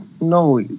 no